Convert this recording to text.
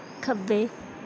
ਖੱਬੇ